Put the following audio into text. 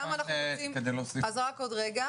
אני רוצה להתייחס